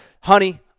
honey